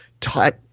taught